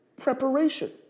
preparation